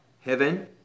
heaven